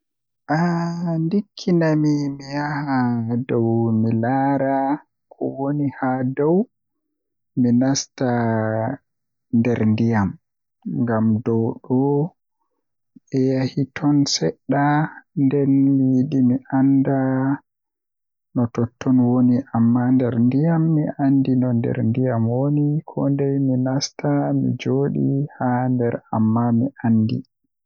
Ah ndikkinami mi yaha dow mi laara ko woni ton dow mi nasta nder ndiyam, ngam dow do be yahi ton sedda nden mi yidi mi anda no totton woni amma nder ndiyam mi andi no nder ndiyam woni koda mi nastai mi joodi haa nder amma mi andi.